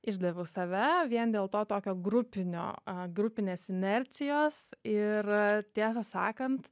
išdaviau save vien dėl to tokio grupinio grupinės inercijos ir tiesą sakant